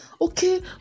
okay